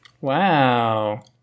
Wow